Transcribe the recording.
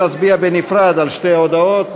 נצביע בנפרד על שתי ההודעות,